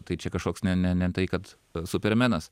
tai čia kažkoks ne ne ne tai kad supermenas